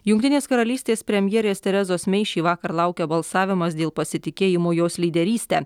jungtinės karalystės premjerės terezos mei šįvakar laukia balsavimas dėl pasitikėjimo jos lyderyste